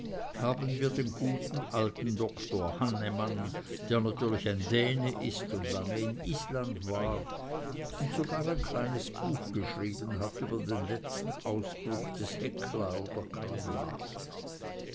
haben wir den guten alten doktor hannemann der natürlich ein däne ist und lange in island war und sogar ein kleines buch geschrieben hat über den letzten ausbruch des hekla oder